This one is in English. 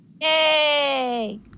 yay